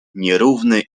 nierówny